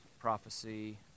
prophecy